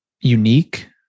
unique